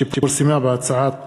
שפורסמה בהצעות חוק,